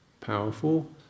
powerful